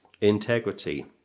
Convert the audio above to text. integrity